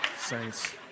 saints